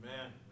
Amen